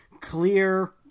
clear